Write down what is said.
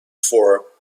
for